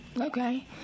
Okay